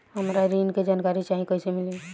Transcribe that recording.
हमरा ऋण के जानकारी चाही कइसे मिली?